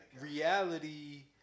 reality